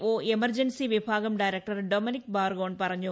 O emergency വിഭാഗം director Dominic ബർഗോൺ പറഞ്ഞു